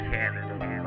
Canada